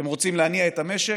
אתם רוצים להניע את המשק,